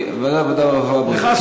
ועדת העבודה, הרווחה והבריאות.